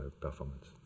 performance